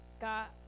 got